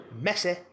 messy